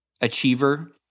achiever